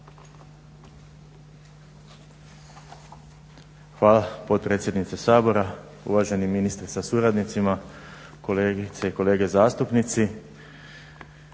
Hvala potpredsjednice Sabora, uvaženi ministre sa suradnicima, kolegice i kolege zastupnici.